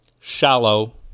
shallow